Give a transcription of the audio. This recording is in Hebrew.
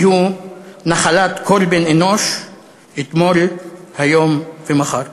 יהיו נחלת כל בן-אנוש אתמול, היום ומחר.